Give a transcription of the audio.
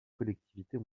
collectivités